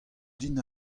din